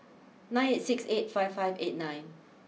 nine eight six eight five five eight nine